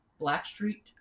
Blackstreet